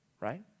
right